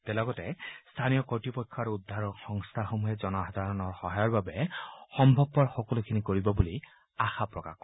তেওঁ লগতে স্থানীয় কৰ্তৃপক্ষ আৰু উদ্ধাৰ সংস্থাসমূহে জনসাধাৰণৰ সহায়ৰ বাবে সম্ভৱপৰ সকলোখিনি কৰিব বুলি আশা প্ৰকাশ কৰে